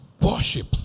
worship